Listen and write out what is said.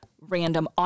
random